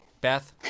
Beth